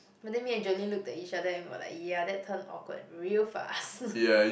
but then me and Jolene looked at each other and we were like ya that turned awkward real fast